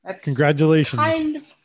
Congratulations